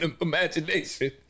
imagination